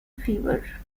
fever